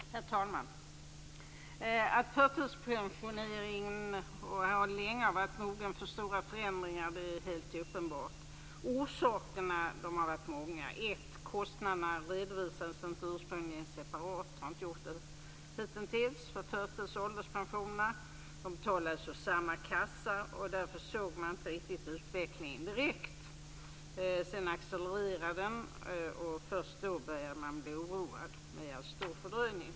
Herr talman! Att förtidspensioneringen länge varit mogen för stora förändringar är helt uppenbart. Orsakerna har varit många. 1. Kostnaderna redovisades inte ursprungligen separat. De har inte gjort det hittills för förtids och ålderspensionerna. De betalades ur samma kassa, och därför såg man inte riktigt utveckligen direkt. Sedan accelererade utvecklingen, och först då började man bli oroad - efter en stor fördröjning.